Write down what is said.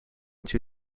two